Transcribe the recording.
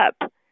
up